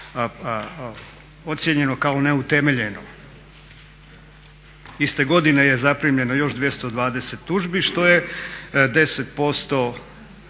ocijenjeno kao neutemeljeno. Iste godine je zaprimljeno još 220 tužbi, što je 10%